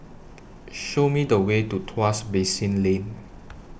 Show Me The Way to Tuas Basin Lane